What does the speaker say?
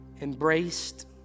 embraced